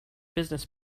business